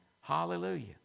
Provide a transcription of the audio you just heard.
Hallelujah